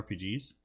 RPGs